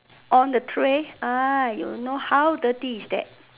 on the tray !aiyo! know how dirty is that